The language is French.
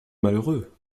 malheureux